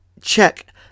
check